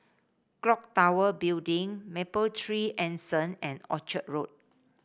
clock Tower Building Mapletree Anson and Orchard Road